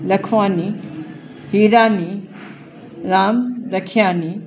Lakhwani Hirani Ram Rakhiani